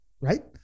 right